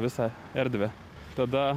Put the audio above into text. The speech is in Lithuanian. visą erdvę tada